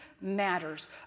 matters